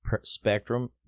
spectrum